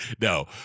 No